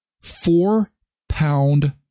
Four-pound